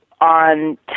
on